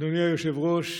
אדוני היושב-ראש,